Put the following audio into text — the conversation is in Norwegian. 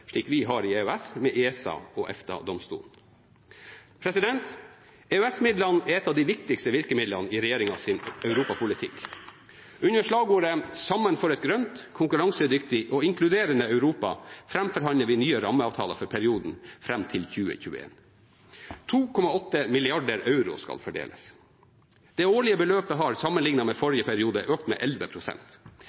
slik vi har i EØS med ESA og EFTA-domstolen. EØS-midlene er et av de viktigste virkemidlene i regjeringens europapolitikk. Under slagordet «Sammen for et grønt, konkurransedyktig og inkluderende Europa» forhandler vi fram nye rammeavtaler for perioden fram til 2021. 2,8 mrd. euro skal fordeles. Det årlige beløpet har, sammenliknet med forrige periode, økt med